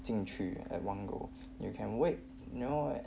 进去 at one go you can wait you know